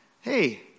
hey